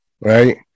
right